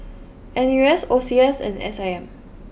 N U S O C S and S I M